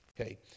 Okay